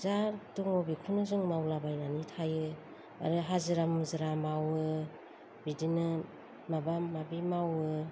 जा दं बेखौनो जों मावला बायनानै थायो आरो हाजिरा मुजिरा मावो बिदिनो माबा माबि मावो